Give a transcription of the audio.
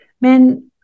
men